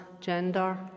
gender